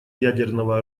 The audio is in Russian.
ядерного